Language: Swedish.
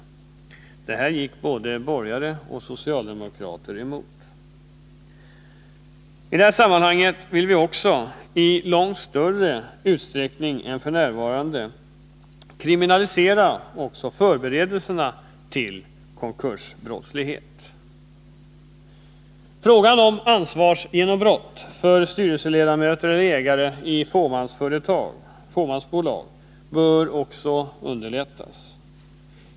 Det förslaget gick både borgare och socialdemokrater emot. Vi vill i detta sammanhang i långt större utsträckning än vad som f. n. är fallet kriminalisera också förberedelser till konkursbrottslighet. Ansvarsgenombrott för styrelseledamöter eller ägare i fåmansbolag bör också underlättas.